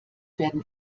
werden